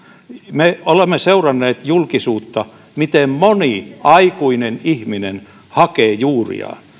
me olemme seuranneet julkisuudesta miten moni aikuinen ihminen hakee juuriaan